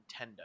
nintendo